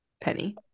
Penny